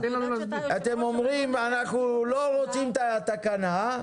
אתם אומרים שאתם לא רוצים את התקנה,